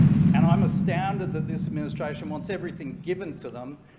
and i'm astounded that this administration wants everything given to them,